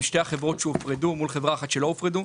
שתי החברות שהופרדו מול חברה אחת שלא הופרדה.